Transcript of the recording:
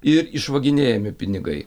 ir išvaginėjami pinigai